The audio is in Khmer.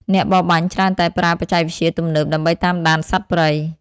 អ្នកបរបាញ់ច្រើនតែប្រើបច្ចេកវិទ្យាទំនើបដើម្បីតាមដានសត្វព្រៃ។